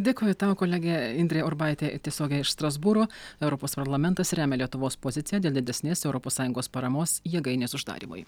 dėkoju tau kolegė indrė urbaitė tiesiogiai iš strasbūro europos parlamentas remia lietuvos poziciją dėl didesnės europos sąjungos paramos jėgainės uždarymui